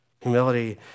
Humility